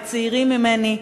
הצעירים ממני: